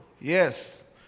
Yes